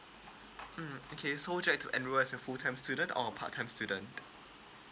mm okay so you would like to enrol as a full time student or a part time student